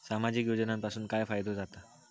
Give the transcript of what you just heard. सामाजिक योजनांपासून काय फायदो जाता?